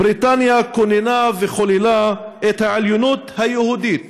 בריטניה כוננה וחוללה את העליונות היהודית,